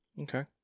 Okay